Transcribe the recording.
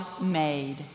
made